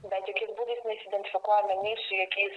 bet jokiais būdais nesidentifikuojame nei su jokiais